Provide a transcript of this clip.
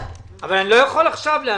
אבל אני לא יכול עכשיו להמשיך.